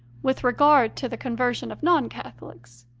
with regard to the conversion of non-catholics,